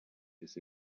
his